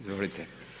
Izvolite.